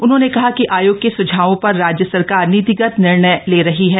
उन्होंने कहा कि आयोग के सुझावों प्रर राज्य सरकार नीतिगत निर्णय ले रही है